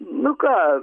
nu ką